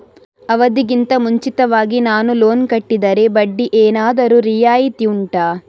ಅವಧಿ ಗಿಂತ ಮುಂಚಿತವಾಗಿ ನಾನು ಲೋನ್ ಕಟ್ಟಿದರೆ ಬಡ್ಡಿ ಏನಾದರೂ ರಿಯಾಯಿತಿ ಉಂಟಾ